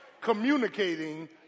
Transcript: communicating